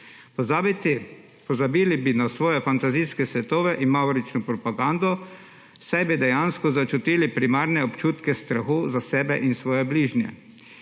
Pozabili bi na svoje fantazijske svetove in mavrično propagando, saj bi dejansko začutili primarne občutke strahu za sebe in svoje bližnje.